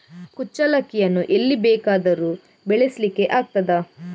ಕುಚ್ಚಲಕ್ಕಿಯನ್ನು ಎಲ್ಲಿ ಬೇಕಾದರೂ ಬೆಳೆಸ್ಲಿಕ್ಕೆ ಆಗ್ತದ?